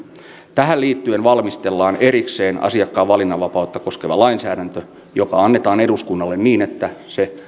tähän liittyen valmistellaan erikseen asiakkaan valinnanvapautta koskeva lainsäädäntö joka annetaan eduskunnalle niin että se